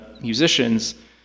musicians